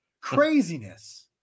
craziness